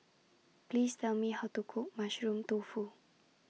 Please Tell Me How to Cook Mushroom Tofu